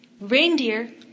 Reindeer